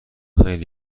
خیلی